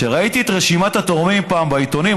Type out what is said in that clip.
כשראיתי פעם את רשימת התורמים בעיתונים